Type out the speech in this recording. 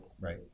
right